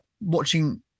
watching